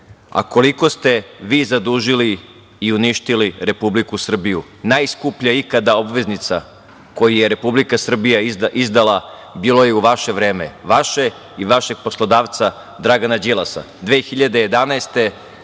a koliko ste vi zadužili i uništili Republiku Srbiju? Najskuplja ikada obveznica koju je Republika Srbija izdala bila je u vaše vreme, vaše i vašeg poslodavca Dragana Đilasa.